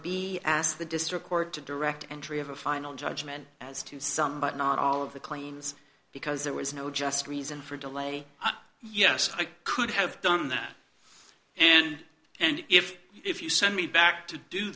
be asked the district court to direct entry of a final judgment as to some but not all of the claims because there was no just reason for delay yes i could have done that and and if if you sent me back to do